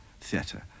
theatre